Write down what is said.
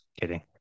Kidding